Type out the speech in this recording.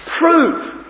Prove